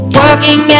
working